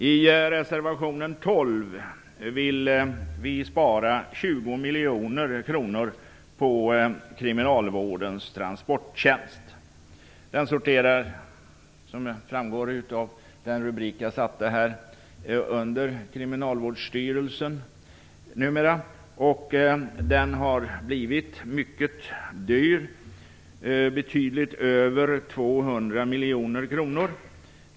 I reservation nr 12 vill vi spara 20 miljoner kronor på kriminalvårdens transporttjänst. Den sorterar, som framgår av det jag nyss nämnde, numera under Kriminalvårdsstyrelsen. Den har blivit mycket dyr och kostar betydligt mer än 200 miljoner kronor.